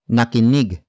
Nakinig